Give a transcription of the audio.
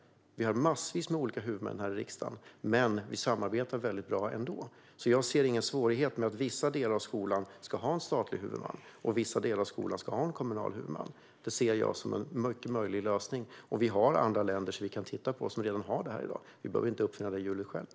Vi har massor med olika huvudmän här i riksdagen, men vi samarbetar bra ändå. Jag ser ingen svårighet med att vissa delar av skolan ska ha en statlig huvudman och vissa delar en kommunal huvudman. Det ser jag som en möjlig lösning. Det finns andra länder som har detta i dag. Vi behöver inte uppfinna hjulet själva.